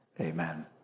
Amen